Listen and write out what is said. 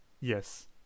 Yes